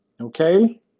Okay